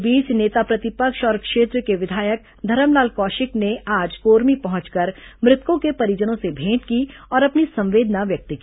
इस बीच नेता प्रतिपक्ष और क्षेत्र के विधायक धरमलाल कौशिक ने आज कोरमी पहुंचकर मृतकों के परिजनों से भेंट की और अपनी संवेदना व्यक्त की